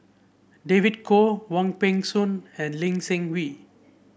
David Kwo Wong Peng Soon and Lee Seng Wee